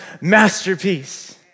masterpiece